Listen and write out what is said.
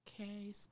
Okay